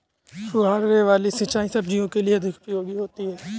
फुहारे वाली सिंचाई सब्जियों के लिए अधिक उपयोगी होती है?